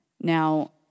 Now